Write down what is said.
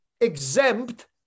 exempt